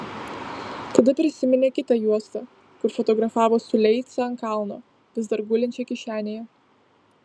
tada prisiminė kitą juostą kur fotografavo su leica ant kalno vis dar gulinčią kišenėje